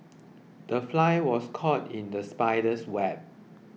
the fly was caught in the spider's web